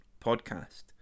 Podcast